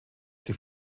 sich